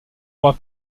rois